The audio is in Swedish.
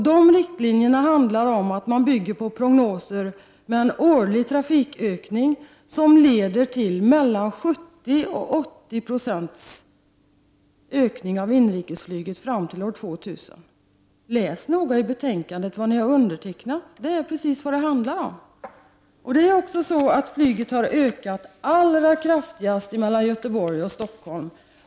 De riktlinjerna bygger på prognoser med en årlig trafikökning som leder till mellan 70 och 80 pro cents ökning av inrikesflyget fram till år 2000. Läs noga i betänkandet vad det är ni har undertecknat! Det är precis vad det handlar om. Flyget har ökat allra kraftigast i omfattning på linjen mellan Göteborg och Stockholm.